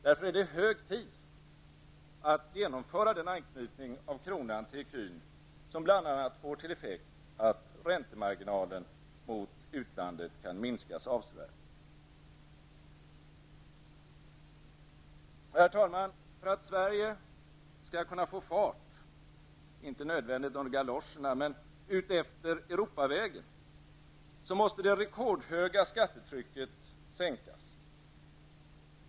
Därför är det hög tid att genomföra den anknytning av kronan till ecun som bl.a. får till effekt att räntemarginalen gentemot utlandet kan minskas avsevärt. Herr talman! För att Sverige skall kunna få fart inte nödvändigtvis under galoscherna men väl utefter Europavägen måste det rekordhöga skattetrycket sänkas.